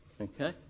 Okay